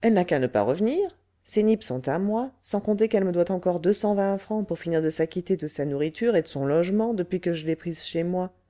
elle n'a qu'à ne pas revenir ses nippes sont à moi sans compter qu'elle me doit encore deux cent vingt francs pour finir de s'acquitter de sa nourriture et de son logement depuis que je l'ai prise chez moi